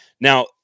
Now